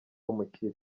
umukire